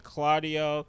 Claudio